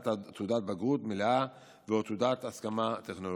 תעודת בגרות מלאה ו/או תעודת הסמכה טכנולוגית.